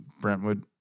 Brentwood